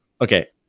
Okay